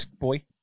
boy